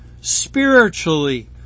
spiritually